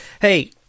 Hey